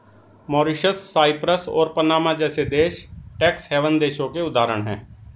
Mauritius, Cyprus और Panama जैसे देश टैक्स हैवन देशों के उदाहरण है